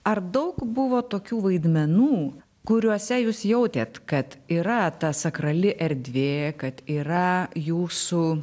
ar daug buvo tokių vaidmenų kuriuose jūs jautėt kad yra ta sakrali erdvė kad yra jūsų